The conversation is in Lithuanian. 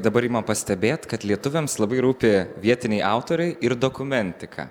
dabar ima pastebėt kad lietuviams labai rūpi vietiniai autoriai ir dokumentika